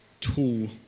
tool